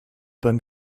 bei